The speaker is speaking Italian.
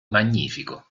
magnifico